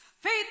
Faith